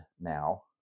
now